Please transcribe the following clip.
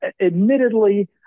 admittedly